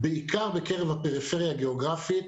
בעיקר בקרב הפריפריה הגיאוגרפית,